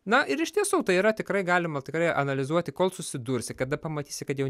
na ir iš tiesų tai yra tikrai galima tikrai analizuoti kol susidursi kada pamatysi kad jau